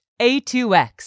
A2X